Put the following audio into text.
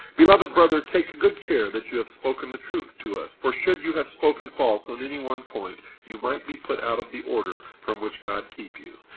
beloved brother, take good care that you have spoken the truth to us for should you have spoken false in any one point, you might be put out of the order from which god keep you!